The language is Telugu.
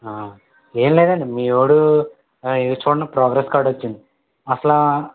ఏం లేదండి మీ వాడు ఇది చూడండి ప్రోగ్రెస్ కార్డ్ వచ్చింది అసలూ